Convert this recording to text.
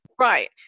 Right